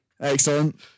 Excellent